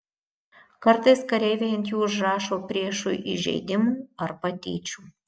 kartais kareiviai ant jų užrašo priešui įžeidimų ar patyčių